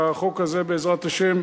החוק הזה, בעזרת השם,